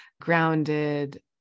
grounded